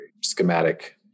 schematic